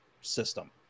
system